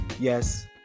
yes